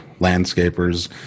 landscapers